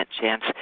chance